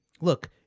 Look